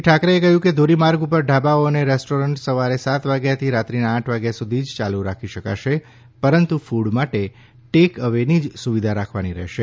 શ્રી ઠાકરેએ કહ્યું કે ધોરીમાર્ગ ઉપર ઢાબાઓ અને રેસ્ટોરન્ટ સવારે સાત વાગ્યાથી રાત્રિના આઠ વાગ્યા સુધી જ યાલુ રાખી શકાશે પરંતુ ફૂડ માટે ટેક અવેની જ સુવિધા રાખવાની રહેશે